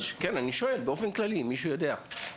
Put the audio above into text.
כן, אני שואל, באופן כללי, אם מישהו יודע.